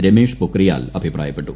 രമേഷ് പൊക്രിയാൽ അഭിപ്രായപ്പെട്ടു